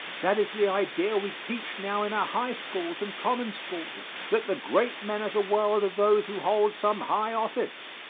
that is the idea we teach now in our high schools and common schools, that the great men of the world are those who hold some high office,